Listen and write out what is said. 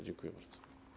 Dziękuję bardzo.